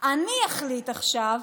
אני אחליט עכשיו,